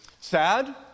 Sad